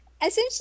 Essentially